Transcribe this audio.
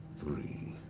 three,